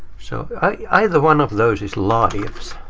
so either one of those is lives.